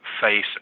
face